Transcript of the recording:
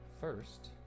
first